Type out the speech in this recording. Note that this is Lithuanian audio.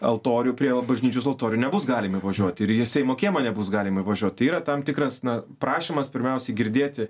altorių prie bažnyčios altorių nebus galima įvažiuoti ir į seimo kiemą nebus galima įvažiuot tai yra tam tikras na prašymas pirmiausiai girdėti